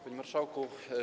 Panie Marszałku!